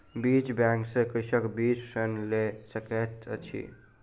बीज बैंक सॅ कृषक बीज ऋण लय सकैत अछि